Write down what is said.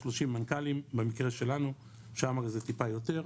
זה 100, 130 מנכ"לים במקרה שלנו, שם זה טיפה יותר,